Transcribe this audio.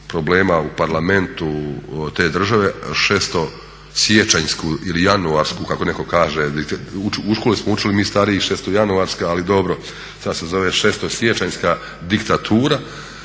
problema u Parlamentu te države šesto siječanjsku ili januarsku kako netko kaže diktaturu. U školi smo učili mi stariji šesto januarska ali dobro, sad se zove šesto siječanjska diktatura.